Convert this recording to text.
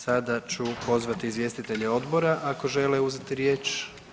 Sada ću pozvati izvjestitelje odbora ako žele uzeti riječ?